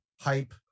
hype